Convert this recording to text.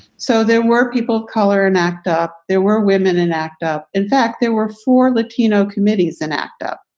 so there were people of color in act up. there were women in act up. in fact, there were four latino committees in act up,